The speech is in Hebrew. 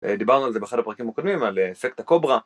דיברנו על זה באחד הפרקים הקודמים על אפקט הקוברה.